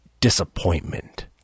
disappointment